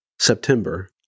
September